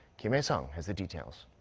kim hyesung has the details.